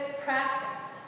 practice